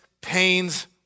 pains